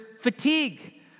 fatigue